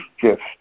gift